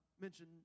mention